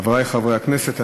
חברי חברי הכנסת,